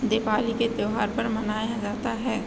दीपावली के त्योहार पर मनाया जाता है